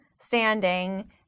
standing